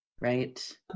Right